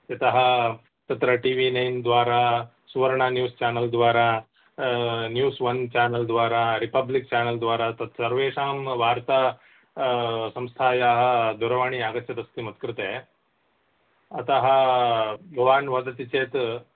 यतः तत्र T V nine द्वारा सुवर्णा न्यूस् चानल् द्वारा न्यूस् वन् चानल् द्वारा रिपब्लिक् चानल् द्वारा तत्सर्वेषां वार्ता संस्थायाः दूरवाणी आगच्छत् अस्ति मत्कृते अतः भवान् वदति चेत्